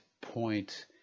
point